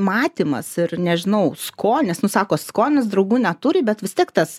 matymas ir nežinau skonis nu sako skonis draugų neturi bet vis tiek tas